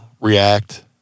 react